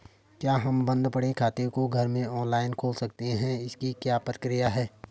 क्या हम बन्द पड़े खाते को घर में ऑनलाइन खोल सकते हैं इसकी क्या प्रक्रिया है?